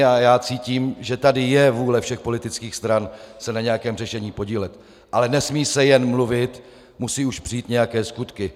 A já cítím, že tady je vůle všech politických stran se na nějakém řešení podílet, ale nesmí se jen mluvit, musí už přijít nějaké skutky.